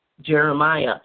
Jeremiah